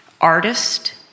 artist